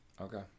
Okay